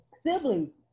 siblings